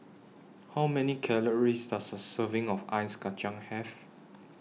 How Many Calories Does A Serving of Ice Kacang Have